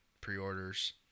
pre-orders